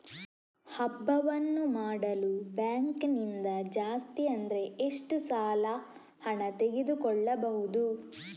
ಹಬ್ಬವನ್ನು ಮಾಡಲು ಬ್ಯಾಂಕ್ ನಿಂದ ಜಾಸ್ತಿ ಅಂದ್ರೆ ಎಷ್ಟು ಸಾಲ ಹಣ ತೆಗೆದುಕೊಳ್ಳಬಹುದು?